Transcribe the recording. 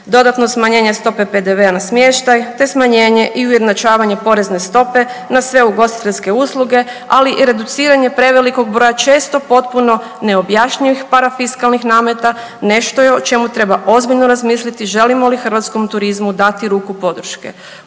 Dodatno smanjene stope PDV-a na smještaj te smanjenje i ujednačavanje porezne stope na sve ugostiteljske usluge ali i reduciranje prevelikog broja često potpuno neobjašnjivih parafiskalnih nameta nešto je o čemu trebamo ozbiljno razmisliti želimo li hrvatskom turizmu dati ruku podrške